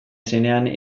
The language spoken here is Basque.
zenean